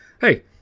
hey